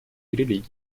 религий